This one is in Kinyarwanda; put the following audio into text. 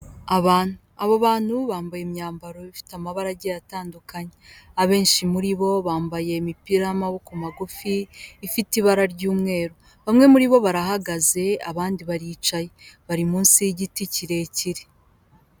Abantu abo bantu bambaye imyambaro ifite amabara agiye atandukanye, abenshi muri bo bambaye imipira y'amaboko magufi afite ibara ry'umweru, bamwe muri bo barahagaze abandi baricaye bari munsi y'igiti kirekire.